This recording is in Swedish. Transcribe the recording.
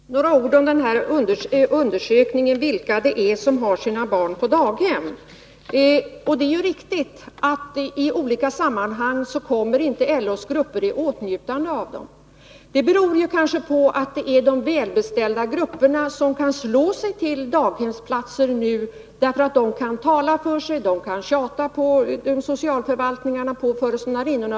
Herr talman! Några ord om den här undersökningen av vilka det är som har sina barn på daghem. Det är riktigt att LO:s grupper i många sammanhang inte kommer i åtnjutande av daghem. Det kanske beror på att det är det välbeställda grupperna som kan slå sig till daghemsplatser, därför att de kan tala för sig och tjata på socialförvaltningarna och på föreståndarinnorna.